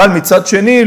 אבל מצד שני,